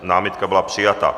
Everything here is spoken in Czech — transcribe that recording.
Námitka byla přijata.